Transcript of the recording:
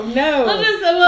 no